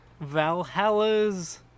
Valhalla's